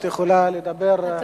את יכולה לדבר על הצעת החוק.